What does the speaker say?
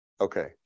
Okay